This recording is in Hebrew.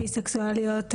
ביסקסואליות,